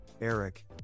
Eric